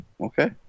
Okay